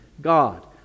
God